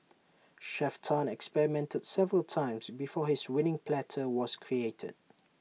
Chef Tan experimented several times before his winning platter was created